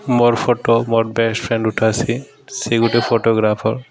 ମୋର୍ photo ମୋର୍ best friend ଉଠାସି ସେ ଗୁଟେ ଫଟୋଗ୍ରାଫର୍